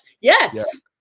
Yes